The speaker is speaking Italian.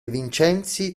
vincenzi